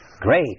Great